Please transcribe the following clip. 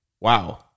wow